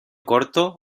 corto